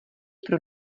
pro